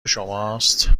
شماست